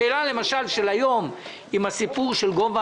למשל השאלה שנשאלה היום לגבי גובה